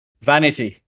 Vanity